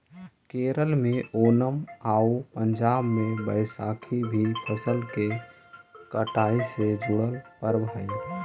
केरल में ओनम आउ पंजाब में बैसाखी भी फसल के कटाई से जुड़ल पर्व हइ